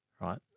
right